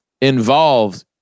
involved